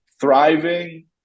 thriving